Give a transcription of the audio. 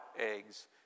eggs